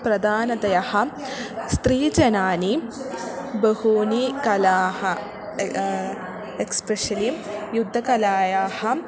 प्रदानतया स्त्रीजनानि बहूनि कलाः एक्स्प्रेशलि युद्धकलायाः